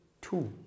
Two